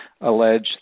allege